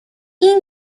این